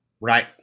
Right